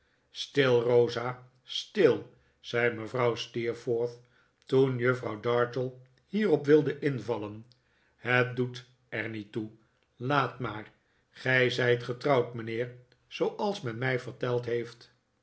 stil rosa stil zei mevrouw steerforth toen juffrouw dartle hierop wilde invallen het doet er niet toe laat maar gij zijt getrouwd mijnheer zooals men mij verteld heeft